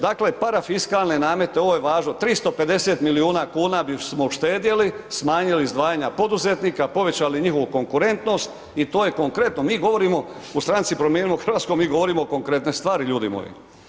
Dakle, parafiskalne namete, ovo je važno, 350 milijuna kuna bismo uštedjeli, smanjili izdvajanja poduzetnika, povećali njihovu konkurentnost i to je konkretno, mi govorimo u Stranci promijenimo Hrvatsku, mi govorimo konkretne stvari ljudi moji.